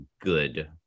good